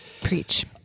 Preach